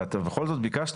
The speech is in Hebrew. אבל אתה בכל זאת ביקשת